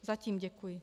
Zatím děkuji.